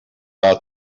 out